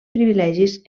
privilegis